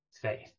faith